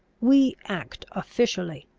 we act officially.